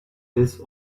his